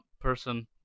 person